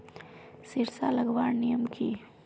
सरिसा लगवार नियम की?